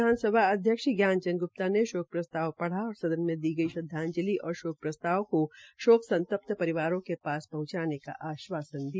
विधानसभा अध्यक्ष श्री ज्ञान चंद ग्र्प्ता ने शोक प्रस्ताव प्रस्ताव पढ़ा और सदन में दी गई श्रद्वांजलि और शोक प्रसताव को शोक संत्पत परिवारों के पास पहंचाने का आश्वासन दिया